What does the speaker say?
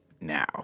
now